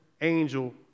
angel